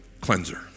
cleanser